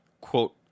quote